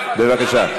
בבקשה.